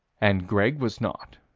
and greg was not.